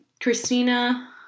Christina